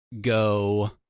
go